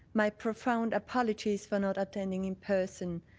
my profound apologies for not attending in person.